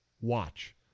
Watch